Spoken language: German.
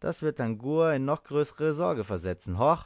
das wird tangua in noch größere sorge versetzen horch